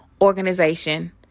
organization